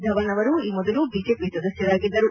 ಧವನ್ ಅವರು ಈ ಮೊದಲು ಬಿಜೆಪಿ ಸದಸ್ಯರಾಗಿದ್ದರು